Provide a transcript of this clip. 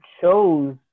chose